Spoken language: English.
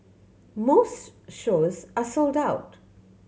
most shows are sold out